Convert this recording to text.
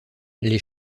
les